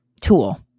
tool